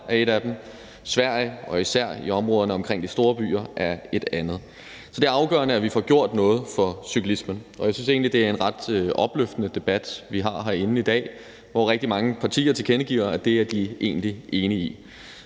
er et af dem, Sverige og især i områderne omkring de store byer er et andet. Så det er afgørende, at vi får gjort noget for cyklismen, og jeg synes egentlig, det er en ret opløftende debat, vi har herinde i dag, hvor rigtig mange partier tilkendegiver, at det er de egentlig enige i.